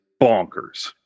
bonkers